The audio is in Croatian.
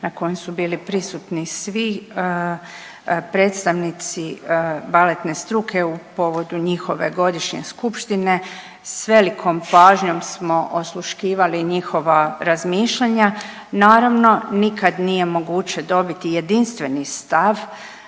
na kojem su bili prisutni svi predstavnici baletne struke u povodu njihove godišnje skupštine, s velikom pažnjom smo osluškivali njihova razmišljanja, naravno nikad nije moguće dobiti jedinstveni stav